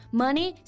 money